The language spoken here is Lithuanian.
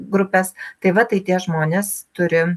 grupes tai va tai tie žmonės turi